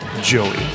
joey